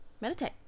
meditate